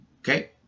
Okay